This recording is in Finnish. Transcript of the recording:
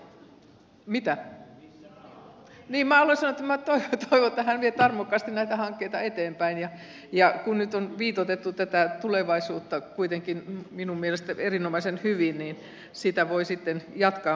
niin minä haluan sanoa että minä toivon että hän vie tarmokkaasti näitä hankkeita eteenpäin ja kun nyt on viitoitettu tätä tulevaisuutta kuitenkin minun mielestäni erinomaisen hyvin niin siitä voivat sitten jatkaa myös muut